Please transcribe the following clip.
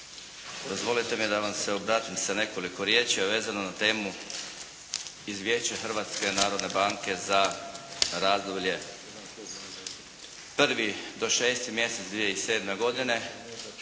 Dozvolite mi da vam se obratim sa nekoliko riječi, a vezano na temu Izvješće Hrvatske narodne banke za razdoblje 1. do 6. mjesec 2007. godine